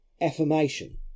affirmation